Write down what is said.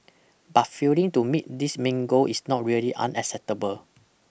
but failing to meet this main goal is not really unacceptable